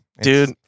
dude